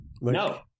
No